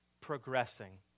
progressing